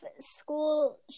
school